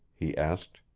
he asked.